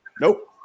nope